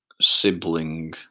sibling